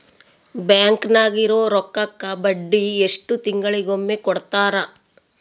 Bank ನಾಗಿರೋ ರೊಕ್ಕಕ್ಕ ಬಡ್ಡಿ ಎಷ್ಟು ತಿಂಗಳಿಗೊಮ್ಮೆ ಕೊಡ್ತಾರ?